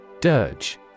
Dirge